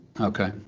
Okay